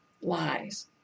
Lies